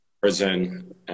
prison